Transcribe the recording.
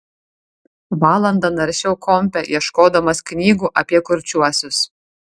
valandą naršiau kompe ieškodamas knygų apie kurčiuosius